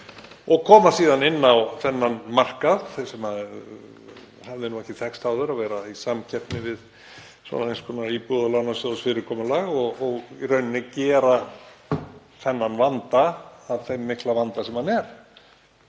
og koma síðan inn á þennan markað, sem hafði ekki þekkst áður, þ.e. að vera í samkeppni við eins konar íbúðalánasjóðsfyrirkomulag, og í rauninni gera þennan vanda að þeim mikla vanda sem hann er.